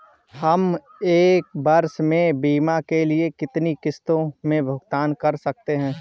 हम एक वर्ष में बीमा के लिए कितनी किश्तों में भुगतान कर सकते हैं?